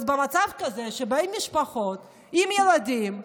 במצב כזה כשבאות משפחות עם ילדים,